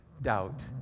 Doubt